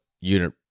unit